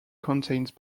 contains